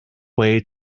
way